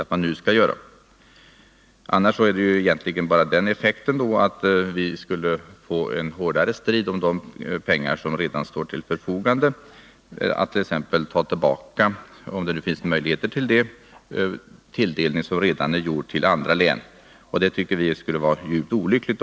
Och då får förslaget, om det bifalles, egentligen bara den effekten att striden hårdnar om de pengar som redan står till förfogande. Vi skulle Nr 25 kanske få ta tillbaka — om det finns möjlighet att göra det — medel som redan har tilldelats andra län. Det tycker vi skulle vara djupt olyckligt.